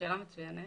שאלה מצוינת.